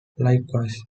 likewise